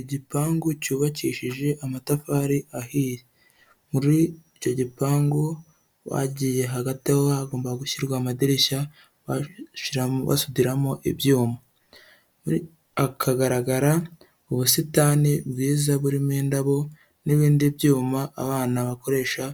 Igipangu cyubakishije amatafari ahiye muri icyo gipangu bagiye hagati aho hagomba gushyirwa amadirishya basudiramo ibyuma akagaragara mu busitani bwiza burimo indabo n'ibindi byuma abana bakoresha